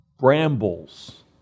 Brambles